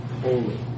holy